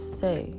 say